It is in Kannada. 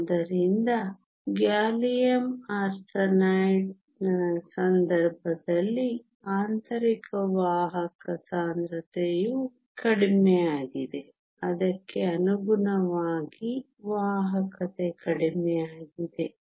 ಆದ್ದರಿಂದ ಗ್ಯಾಲಿಯಮ್ ಆರ್ಸೆನೈಡ್ನ ಸಂದರ್ಭದಲ್ಲಿ ಆಂತರಿಕ ವಾಹಕ ಸಾಂದ್ರತೆಯು ಕಡಿಮೆಯಾಗಿದೆ ಅದಕ್ಕೆ ಅನುಗುಣವಾಗಿ ವಾಹಕತೆ ಕಡಿಮೆಯಾಗಿದೆ